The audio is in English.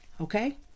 Okay